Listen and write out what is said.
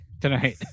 tonight